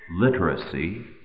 literacy